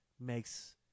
makes